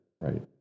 Right